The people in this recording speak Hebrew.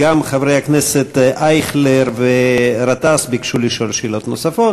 חברי הכנסת אייכלר וגטאס ביקשו לשאול שאלות נוספות.